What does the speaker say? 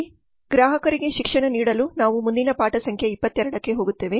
ಗ್ರಾಹಕರಿಗೆ ಶಿಕ್ಷಣ ನೀಡಲು ನಾವು ಮುಂದಿನ ಪಾಠ ಸಂಖ್ಯೆ 22 ಕ್ಕೆ ಹೋಗುತ್ತೇವೆ